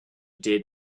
did